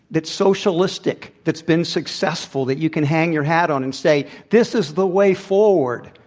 that's socialistic that's been successful that you can hang your hat on and say, this is the way forward.